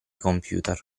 computer